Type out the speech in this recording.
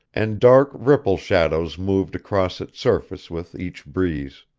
and dark ripple-shadows moved across its surface with each breeze.